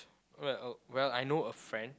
well well I know a friend